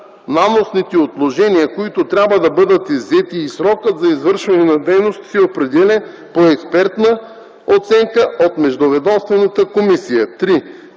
наносните отложения, които трябва да бъдат иззети, и срокът за извършване на дейността се определят по експертна оценка от междуведомствената комисия;